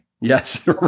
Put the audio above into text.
Yes